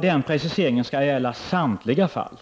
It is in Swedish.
Denna precisering skall gälla samtliga fall och